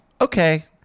okay